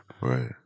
Right